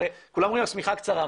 כולם אומרים השמיכה קצרה.